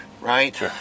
right